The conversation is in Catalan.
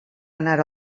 anar